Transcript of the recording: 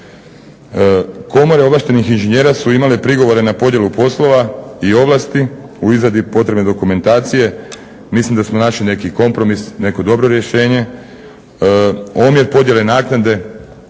Komore ovlaštenih inženjera su imale prigovore na podjelu poslova i ovlasti u izradi potrebne dokumentacije. Mislim da smo našli neki kompromis, neko dobro rješenje. Omjer podjele naknade